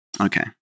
Okay